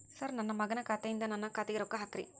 sir ನನ್ನ ಮಗನ ಖಾತೆ ಯಿಂದ ನನ್ನ ಖಾತೆಗ ರೊಕ್ಕಾ ಹಾಕ್ರಿ